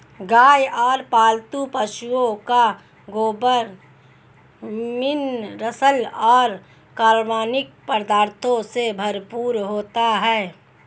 गाय और पालतू पशुओं का गोबर मिनरल्स और कार्बनिक पदार्थों से भरपूर होता है